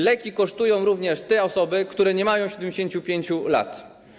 Leki kosztują również te osoby, które nie mają 75 lat.